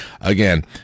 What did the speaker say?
again